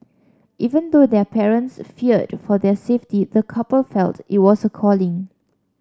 even though their parents feared for their safety the couple felt it was a calling